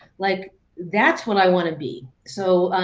like that's what i want to be. so